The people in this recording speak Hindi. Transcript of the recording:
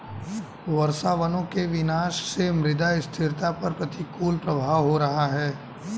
वर्षावनों के विनाश से मृदा स्थिरता पर प्रतिकूल प्रभाव हो रहा है